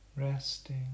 resting